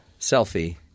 selfie